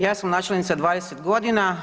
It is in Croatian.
Ja sam načelnica 20 godina.